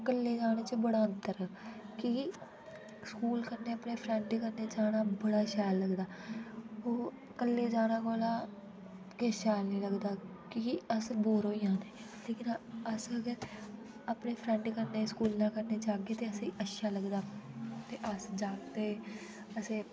कल्ले जाने च बड़ा अन्तर की स्कुल कन्ने अपने फ्रेंड कन्ने जाना बड़ा शैल लगदा ओ कल्ले जाने कोला केश शैल नी लगदा क्युकी अस बौर होंई जंदे ते अस गे अपने फ्रेंड कन्ने स्कुला कन्ने जादे ते अच्छा लगदा ते अस जागते असे